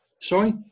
sorry